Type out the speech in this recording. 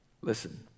Listen